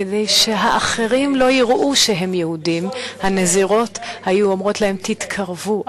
כדי שהאחרים לא יראו שהם יהודים היו הנזירות אומרות להם: תתקרבו.